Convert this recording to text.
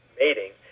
mating